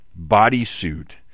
bodysuit